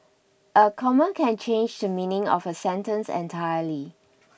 a comma can change the meaning of a sentence entirely